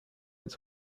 its